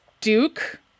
Duke